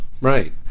Right